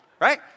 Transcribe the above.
Right